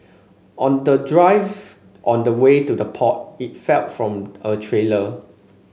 on the drive on the way to the port it fell from a trailer